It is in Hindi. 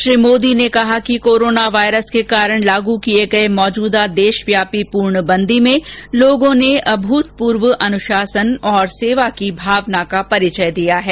श्री मोदी ने कहा कि कोरोना वायरस के कारण लागू किए गए मौजूदा देशव्यापी पूर्णबंदी में लोगों ने अभूतपूर्व अनुशासन और सेवा की भावना का परिचय दिया है